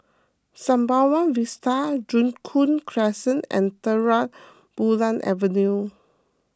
Sembawang Vista Joo Koon Crescent and Terang Bulan Avenue